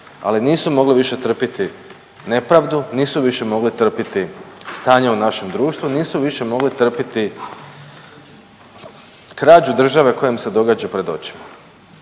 ali nisu mogli više trpiti nepravdu, nisu više mogli trpiti stanje u našem društvu, nisu više mogli trpiti krađu države koja im se događa pred očima.